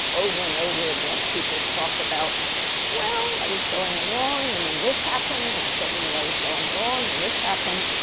over and over again, people talk about well, i was going along. and then this happened. and suddenly, i was going along. and this happened.